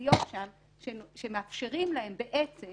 לאוכלוסיות שם שמאפשרים להם בעצם